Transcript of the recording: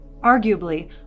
Arguably